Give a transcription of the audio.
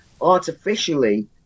artificially